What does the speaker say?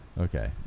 Okay